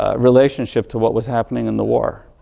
ah relationship to what was happening in the war,